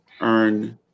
earn